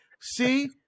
see